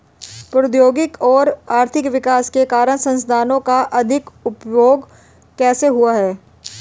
प्रौद्योगिक और आर्थिक विकास के कारण संसाधानों का अधिक उपभोग कैसे हुआ है?